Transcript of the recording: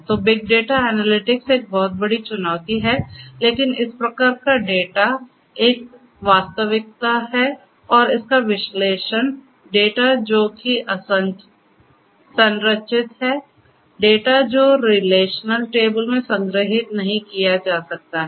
तो big data analytics एक बहुत बड़ी चुनौती है लेकिन इस प्रकार का डेटा एक वास्तविकता है और इसका विश्लेषण डेटा जो कि असंरचित हैं डेटा जो रिलेशनल टेबल में संग्रहीत नहीं किया जा सकता है